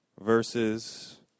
verses